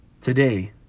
today